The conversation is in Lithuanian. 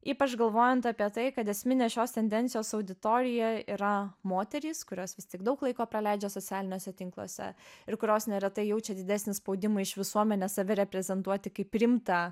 ypač galvojant apie tai kad esminė šios tendencijos auditorija yra moterys kurios vis tik daug laiko praleidžia socialiniuose tinkluose ir kurios neretai jaučia didesnį spaudimą iš visuomenės save reprezentuoti kaip rimtą